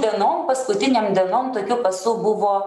dienom paskutinėm dienom tokių pasų buvo